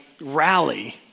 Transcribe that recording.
rally